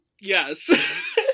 Yes